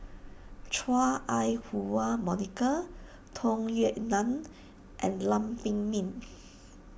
Chua Ai Huwa Monica Tung Yue Nang and Lam Pin Min